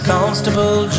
Constable